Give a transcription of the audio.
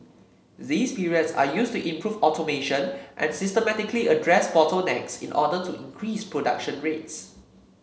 these periods are used to improve automation and systematically address bottlenecks in order to increase production rates